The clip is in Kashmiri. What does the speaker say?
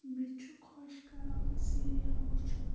مےٚ چھُ خۄش کَران سیریَل وُچھُن